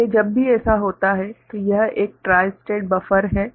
इसलिए जब भी ऐसा होता है तो यह एक ट्राई स्टेट बफ़र है